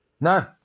No